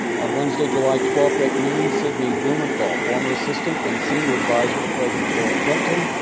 on wednesday, july twelve, at noon, sidney blumenthal, former assistant and senior advisor to president bill clinton,